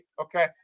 Okay